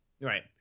Right